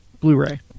Blu-ray